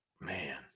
Man